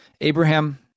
Abraham